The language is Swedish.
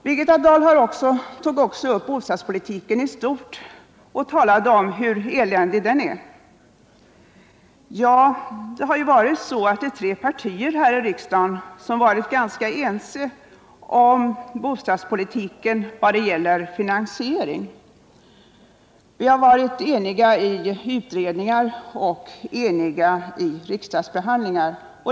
Birgitta Dahl tog också upp bostadspolitiken i stort och talade om hur eländig den är. Ja, det är ju så att tre riksdagspartier varit ganska eniga i utredningar och i riksdagsbehandlingen av ärenden om bostadspolitikens finansiering.